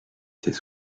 ses